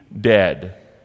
dead